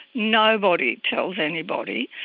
nobody tells anybody.